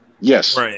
Yes